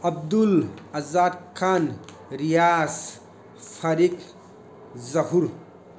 Abdul Azad Khan Riyaz Fariba Zahoor